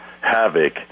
havoc